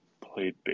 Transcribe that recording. played